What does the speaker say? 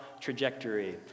trajectory